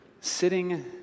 Sitting